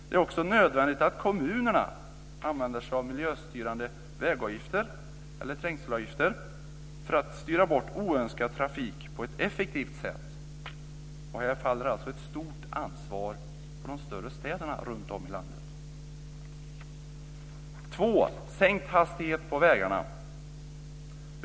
Det är också nödvändigt att kommunerna använder sig av miljöstyrande vägavgifter eller trängselavgifter för att styra bort oönskad trafik på ett effektivt sätt, och här faller alltså ett stort ansvar på de större städerna runtom i landet. 2. Sänkt hastighet på vägarna.